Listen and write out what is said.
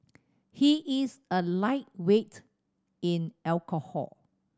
he is a lightweight in alcohol